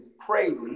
crazy